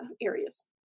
areas